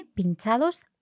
pinchados